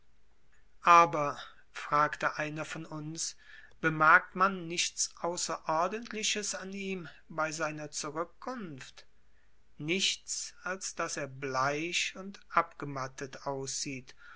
aber fragte einer von uns bemerkt man nichts außerordentliches an ihm bei seiner zurückkunft nichts als daß er bleich und abgemattet aussieht